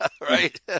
right